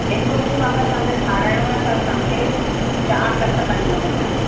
हिक रूम अगरि तव्हांखे ठहाराइणो आहे त तव्हांखे चारि लख ताईं लॻंदो